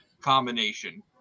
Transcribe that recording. combination